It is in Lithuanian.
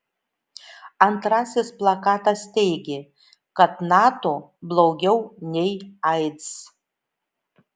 antrasis plakatas teigė kad nato blogiau nei aids